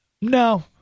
No